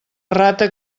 rata